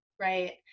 right